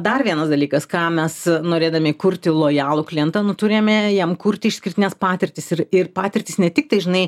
dar vienas dalykas ką mes norėdami kurti lojalų klientą nu turime jam kurti išskirtines patirtis ir ir patirtis ne tik tai žinai